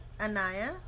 Anaya